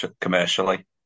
commercially